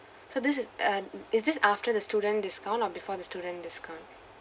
so this is uh it's just after the student discount or before the student discount